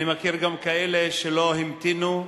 אני מכיר גם כאלה שלא המתינו,